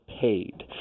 paid